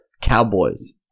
Cowboys